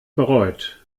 bereut